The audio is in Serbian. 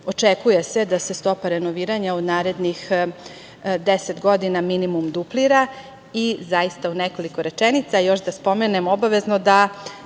očekuje da se stopa renoviranja u narednih 10 godina minimum duplira.U nekoliko rečenica, još da spomenem obavezno, da